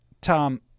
Tom